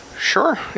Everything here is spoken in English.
Sure